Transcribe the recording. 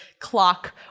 clock